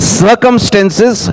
circumstances